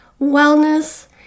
wellness